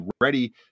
ready